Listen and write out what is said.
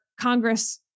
Congress